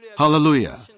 Hallelujah